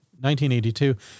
1982